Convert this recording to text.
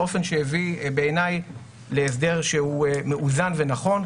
באופן שהביא בעיניי להסדר שהוא מאוזן ונכון.